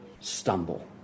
stumble